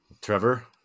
Trevor